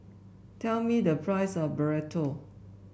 tell me the price of Burrito